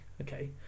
okay